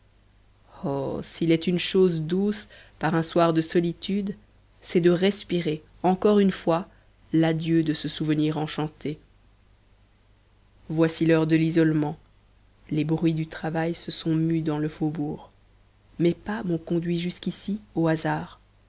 oh s'il est une chose douce par un soir de solitude c'est de respirer encore une fois l'adieu de ce souvenir enchanté voici l'heure de l'isolement les bruits du travail se sont tus dans le faubourg mes pas m'ont conduit jusqu'ici au hasard